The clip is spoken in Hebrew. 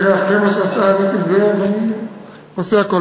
תראה, אחרי מה שעשה נסים זאב, אני עושה הכול.